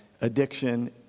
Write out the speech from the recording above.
addiction